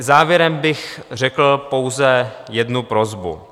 Závěrem bych řekl pouze jednu prosbu.